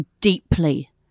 deeply